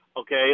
okay